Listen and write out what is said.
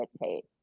meditate